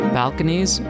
balconies